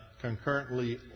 concurrently